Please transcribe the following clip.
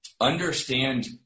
understand